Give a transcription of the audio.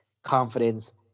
Confidence